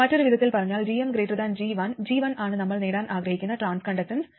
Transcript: മറ്റൊരു വിധത്തിൽ പറഞ്ഞാൽ gm G1 G1 ആണ് നമ്മൾ നേടാൻ ആഗ്രഹിക്കുന്ന ട്രാൻസ് കണ്ടക്ടൻസ്